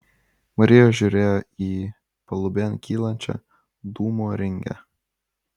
marija žiūrėjo į palubėn kylančią dūmo ringę